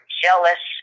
jealous